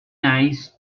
nice